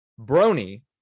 Brony